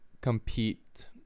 compete